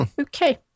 Okay